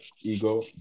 Ego